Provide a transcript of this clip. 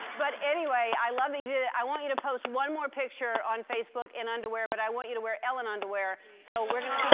but anyway, i love that you did that. i want you to post one more picture on facebook in underwear, but i want you to wear ellen underwear, so we're